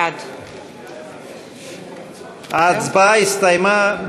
בעד ההצבעה הסתיימה.